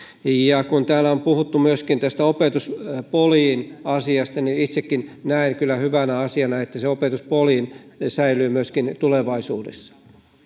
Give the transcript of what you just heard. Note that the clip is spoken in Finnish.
täällä on puhuttu myöskin opetuspoljinasiasta itsekin näen kyllä hyvänä asiana että opetuspoljin säilyy myöskin tulevaisuudessa